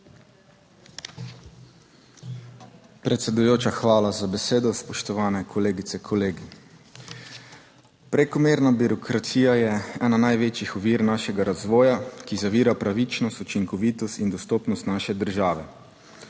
Predsedujoča, hvala za besedo. Spoštovane kolegice, kolegi. Prekomerna birokracija je ena največjih ovir našega razvoja, ki zavira pravičnost, učinkovitost in dostopnost naše države.